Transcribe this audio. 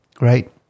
right